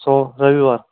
रविवार